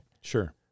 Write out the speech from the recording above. Sure